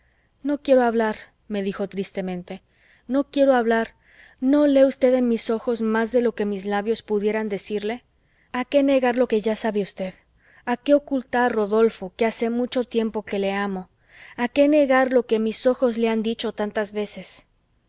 no quiero hablar me dijo tristemente no quiero hablar no lee usted en mis ojos más de lo que mis labios pudieran decirle a qué negar lo que ya sabe usted a qué ocultar rodolfo que hace mucho tiempo que le amo a qué negar lo que mis ojos le han dicho tantas veces